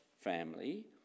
family